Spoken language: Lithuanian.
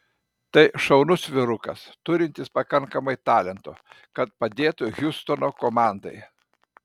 tai šaunus vyrukas turintis pakankamai talento kad padėtų hjustono komandai